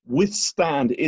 withstand